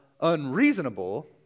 unreasonable